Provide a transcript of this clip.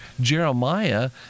Jeremiah